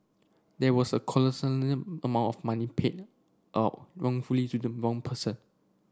there was a amount of money paid out wrongfully to the wrong person